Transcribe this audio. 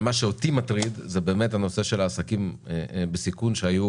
מה שאותי מטריד זה הנושא של העסקים בסיכון שהיו